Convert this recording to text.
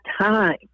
time